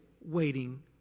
waiting